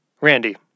Randy